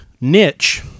niche